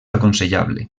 aconsellable